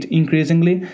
increasingly